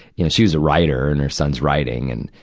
you know, she was a writer and her son's writing. and,